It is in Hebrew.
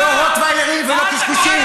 מה אתה קורא לו ראש ממשלה מושחת?